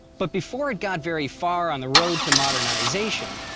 but before it got very far on the road to modernization,